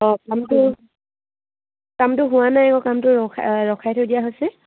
অঁ কামটো কামটো হোৱা নাই আকৌ কামটো ৰখাই থৈ দিয়া হৈছে